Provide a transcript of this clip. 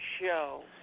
show